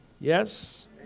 Yes